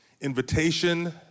invitation